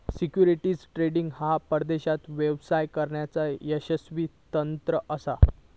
securities trading ह्या परदेशात व्यवसाय करण्याचा यशस्वी तंत्र असा